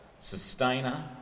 sustainer